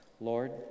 Lord